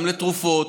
גם לתרופות,